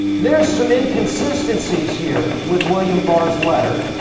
there's some inconsistencies here with william bars letter.